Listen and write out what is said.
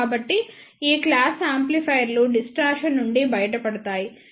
కాబట్టి ఈ క్లాస్ యాంప్లిఫైయర్లు డిస్టార్షన్ నుండి బయటపడతాయి